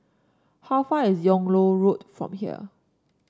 how far is Yung Loh Road from here